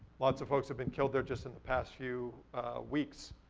lots of folks have been killed there just in the past few weeks.